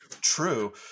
true